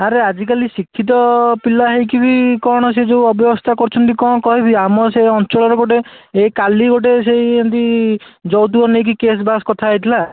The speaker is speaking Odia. ଆରେ ଆଜି କାଲି ଶିକ୍ଷିତ ପିଲା ହୋଇକି ବି କ'ଣ ସେ ଯେଉଁ ଅବ୍ୟବସ୍ଥା କରୁଛନ୍ତି କ'ଣ କହିବି ଆମ ସେ ଅଞ୍ଚଳର ଗୋଟିଏ ଏହି କାଲି ଗୋଟିଏ ସେହି ଏମିତି ଯୌତୁକ ନେଇକି କେସ୍ ବାସ୍ କଥା ହୋଇଥିଲା